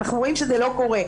אנחנו רואים שזה לא קורה.